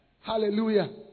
Hallelujah